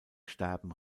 sterben